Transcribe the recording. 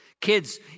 Kids